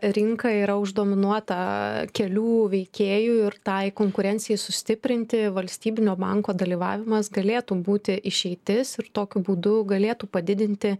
rinka yra už dominuotą kelių veikėjų ir tai konkurencijai sustiprinti valstybinio banko dalyvavimas galėtų būti išeitis ir tokiu būdu galėtų padidinti